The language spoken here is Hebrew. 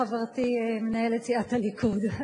הציבור בישראל יוכל להמשיך וליהנות מהרפואה המתקדמת ביותר בעולם".